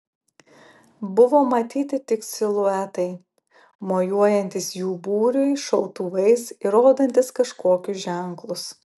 buvo matyti tik siluetai mojuojantys jų būriui šautuvais ir rodantys kažkokius ženklus